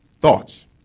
thoughts